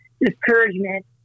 discouragement